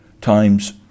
times